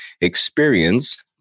experience